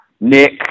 Nick